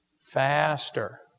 faster